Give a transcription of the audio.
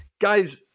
Guys